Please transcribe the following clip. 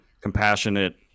compassionate